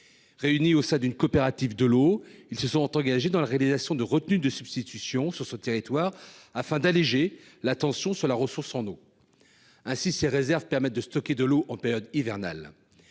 Réunis au sein d'une coopérative de l'eau, ils se sont engagés dans la réalisation de retenues de substitution afin d'alléger la tension sur la ressource en eau, ces réserves permettant de stocker de l'eau en période hivernale.